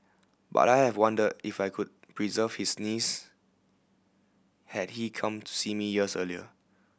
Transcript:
but I have wondered if I could preserved his knees had he come to see me years earlier